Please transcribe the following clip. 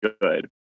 good